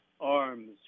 arms